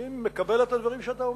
אני מקבל את הדברים שאתה אומר,